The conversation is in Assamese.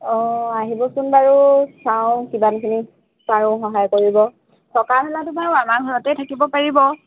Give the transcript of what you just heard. অঁ আহিবচোন বাৰু চাওঁ কিমানখিনি পাৰোঁ সহায় কৰিব থকা হ'লেতো বাৰু আমাৰ ঘৰতেই থাকিব পাৰিব